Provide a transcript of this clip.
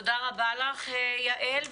תודה רבה לך, יעל.